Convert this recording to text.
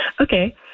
Okay